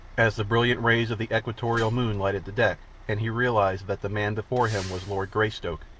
as the brilliant rays of the equatorial moon lighted the deck, and he realized that the man before him was lord greystoke,